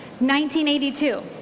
1982